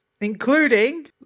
Including